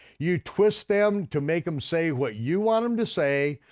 you twist them to make them say what you want them to say,